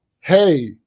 hey